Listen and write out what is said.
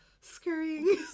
Scurrying